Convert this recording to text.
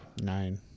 nine